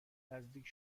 نزدیک